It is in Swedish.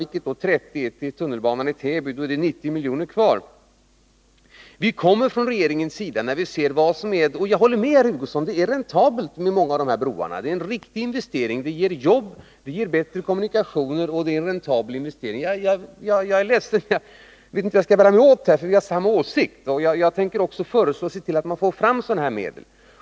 30 av dessa är avsatta för tunnelbanan till Täby. Då är det 90 miljoner kvar. Jag håller med herr Hugosson om att det är räntabelt med många av de här broarna. Det är riktiga investeringar — de ger jobb och bättre kommunikationer och är räntabla investeringar. Jag vet inte hur jag skall bära mig åt här, för vi har samma åsikt. Jag tänker också se till att man får fram medel för detta.